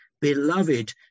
beloved